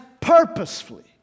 purposefully